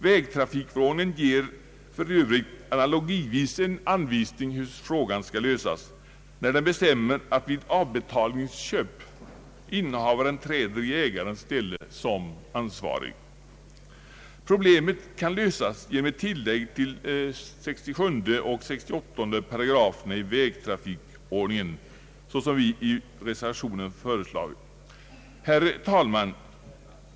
För övrigt ger vägtrafikförordningen analogivis en anvisning om hur frågan skall lösas i bestämmelsen om att vid avbetalningsköp innehavaren träder i ägarens ställe som ansvarig. Problemet kan lösas genom ett tillägg i vägtrafikförordningen 67 och 68588, såsom vi i reservationen föreslagit. Herr talman!